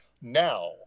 now